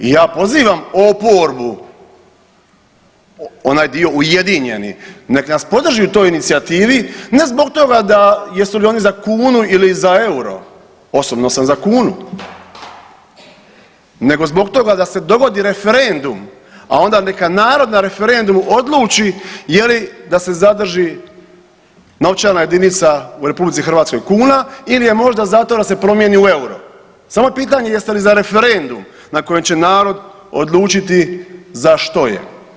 I ja pozivam oporbu onaj dio ujedinjeni nek nas podrži u toj inicijativi ne zbog toga da jesu li oni za kunu ili za euro, osobno sam za kunu, nego zbog toga da se dogodi referendum, a onda neka narod na referendumu odluči je li da se zadrži novčana jedinica u RH kuna ili je možda da se promijeni u euro, samo je pitanje jeste li za referendum na kojem će narod odlučiti za što je.